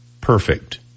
perfect